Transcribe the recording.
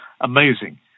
amazing